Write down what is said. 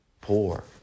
Poor